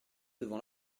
devant